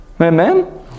Amen